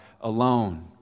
alone